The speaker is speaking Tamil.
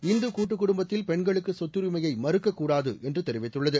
இந்து கூட்டுக் குடும்பத்தில் பெண்களுக்கு சொத்தரிமையை மறுக்கக்கூடாது என்று தெரிவித்துள்ளது